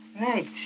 Right